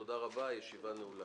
תודה רבה, הישיבה נעולה.